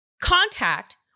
contact